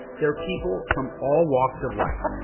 there are people from all walks of life.